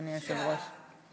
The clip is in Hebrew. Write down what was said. אדוני היושב-ראש.